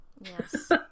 Yes